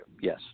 yes